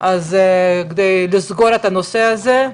אז כדי לסגור את הנושא הזה,